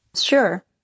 Sure